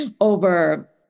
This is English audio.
over